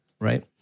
right